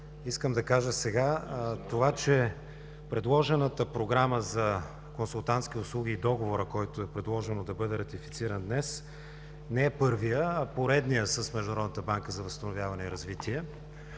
Искам да кажа сега това, че предложената Програма за консултантски услуги и договорът, който е предложен да бъде ратифициран днес, не е първият, а поредният с Международната банка за възстановяване и развитие.